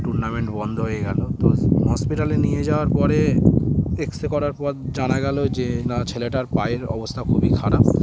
tournament বন্ধ হয়ে গেল তো হসপিটালে নিয়ে যাওয়ার পরে এক্স রে করার পর জানা গেল যে না ছেলেটার পায়ের অবস্থা খুবই খারাপ